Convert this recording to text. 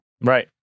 Right